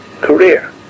career